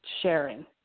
sharing